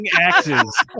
axes